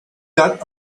got